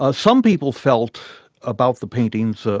ah some people felt about the paintings, ah